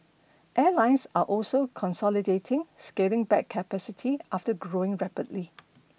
airlines are also consolidating scaling back capacity after growing rapidly